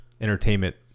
entertainment